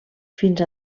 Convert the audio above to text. fins